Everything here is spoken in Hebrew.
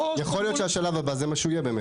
יכול להיות שהשלב הבא זה מה שהוא יהיה באמת.